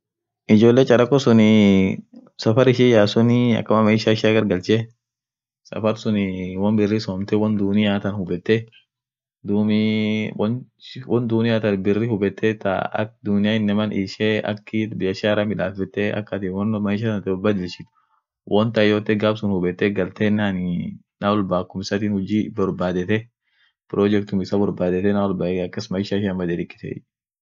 Inama uk sagale inin nyatu kurtumia iyo chips yeden sunday rost yedeni ishisun ta duranit fon midasan fon diko ibid keskaeni diko wodanuti conishpast yeden foolingshing breakfast yeden okokan faa aminen marage fa kabd iyo tamato faa conteg faa iyo sunen fon kabd scotchegg ishisunen fon kabd scotchegg kabd ishisun okokan gugurda faa Huggies yeden aminen tokinen tod in the whole yeden ta ishin nyat ishinsuninen kitungu faa kabd